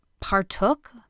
partook